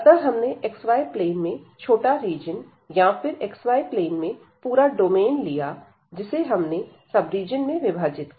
अतः हमने xy plane में छोटा रीजन या फिर xy plane में पूरा डोमेन लिया जिसे हमने सब रीजन में विभाजित किया